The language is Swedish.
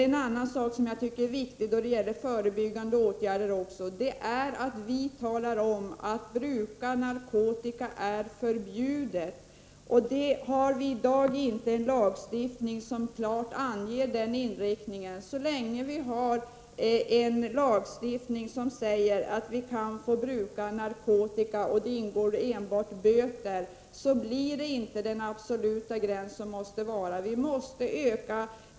En annan viktig förebyggande åtgärd är att vi talar om att bruket av narkotika är förbjudet. I dag har vi inte en lagstiftning som klart anger detta. Så länge vi har en lagstiftning enligt vilken bruket av narkotika är tillåtet, och där straffsatsen är endast böter, finns det inte någon absolut gräns som det måste finnas.